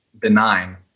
benign